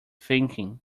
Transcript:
thinking